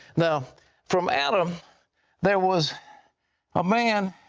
now from adam there was a man,